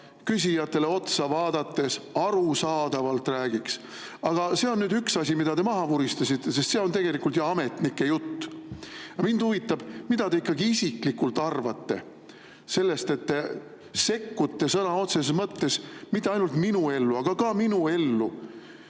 küsijatele otsa vaadates arusaadavalt rääkida. See on üks asi, mida te maha vuristasite, see on tegelikult ju ametnike jutt. Mind huvitab, mida te isiklikult arvate sellest, et te sekkute sõna otseses mõttes mitte ainult minu ellu, aga ka minu ellu,